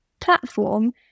platform